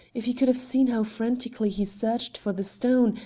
if you could have seen how frantically he searched for the stone,